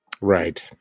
Right